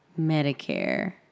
Medicare